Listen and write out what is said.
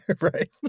Right